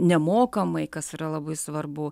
nemokamai kas yra labai svarbu